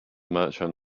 merchant